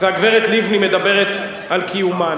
והגברת לבני מדברת על קיומן.